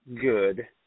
Good